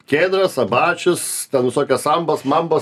kėdras abačius ten visokias sambas mambas